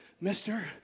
mister